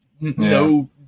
no